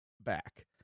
back